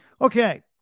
Okay